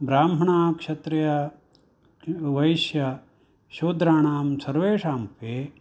ब्राह्मणाक्षत्रियावैश्यशूद्राणां सर्वेषामपि